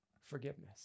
forgiveness